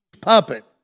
puppet